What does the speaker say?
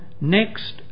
next